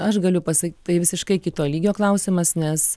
aš galiu pasa tai visiškai kito lygio klausimas nes